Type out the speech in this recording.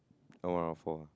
L one R 4 ah